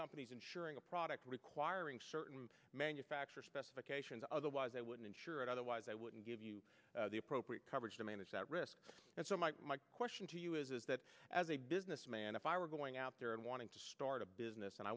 companies insuring a product requiring certain manufacture specifications otherwise they would insure it otherwise they wouldn't give you the appropriate coverage to manage that risk and so my question to you is is that as a businessman if i were going out there and wanting to start a business and i